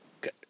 Good